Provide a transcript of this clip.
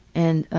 and